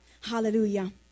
Hallelujah